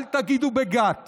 אל תגידו בגת